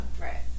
Right